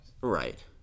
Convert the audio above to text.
right